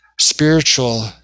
spiritual